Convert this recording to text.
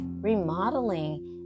Remodeling